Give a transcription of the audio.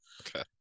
Okay